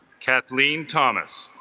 kathleen thomas